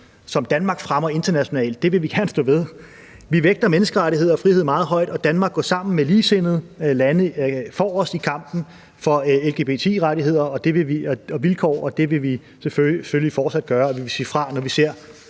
som Danmark fremmer internationalt. Det vil vi gerne stå ved. Vi vægter menneskerettigheder og frihed meget højt, og Danmark går sammen med ligesindede lande forrest i kampen for lgbti-rettigheder og vilkår, og det vil vi selvfølgelig fortsat gøre. Og vi vil sige fra, når vi ser